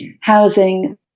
housing